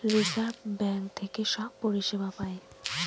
reserve Bank থেকে সব পরিষেবা পায়